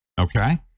Okay